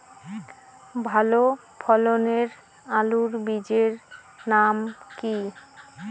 ভালো ফলনের আলুর বীজের নাম কি?